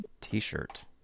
t-shirt